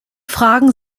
fragen